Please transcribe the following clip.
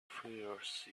fears